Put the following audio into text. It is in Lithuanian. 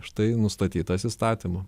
štai nustatytas įstatymu